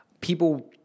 People